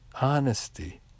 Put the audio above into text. honesty